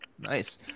Nice